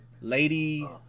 Lady